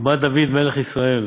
ומה דוד מלך ישראל,